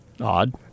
odd